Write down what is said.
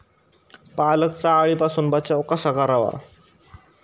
पालकचा अळीपासून बचाव कसा करावा?